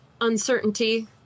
uncertainty